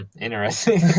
interesting